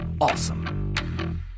awesome